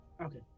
Okay